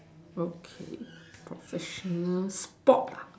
okay professional sport lah